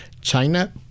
China